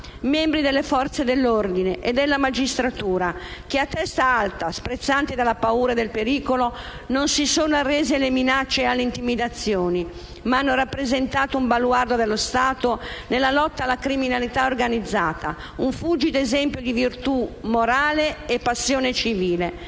membri delle Forze dell'ordine e della magistratura, che a testa alta, sprezzanti della paura e del pericolo, non si sono arresi alle minacce e alle intimidazioni, ma hanno rappresentato un baluardo dello Stato nella lotta alla criminalità organizzata, un fulgido esempio di virtù morale e passione civile.